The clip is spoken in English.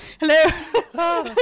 Hello